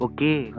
Okay